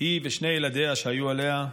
היא ושני ילדיה שהיו עליה,